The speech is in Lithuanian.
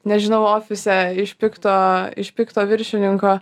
nežinau ofise iš pikto iš pikto viršininko